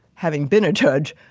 having been a judge,